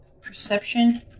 Perception